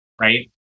right